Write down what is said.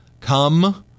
Come